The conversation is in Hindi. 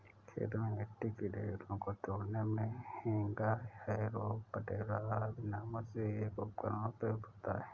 खेतों में मिट्टी के ढेलों को तोड़ने मे हेंगा, हैरो, पटेला आदि नामों से एक उपकरण प्रयुक्त होता है